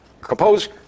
compose